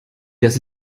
das